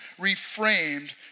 reframed